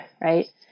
right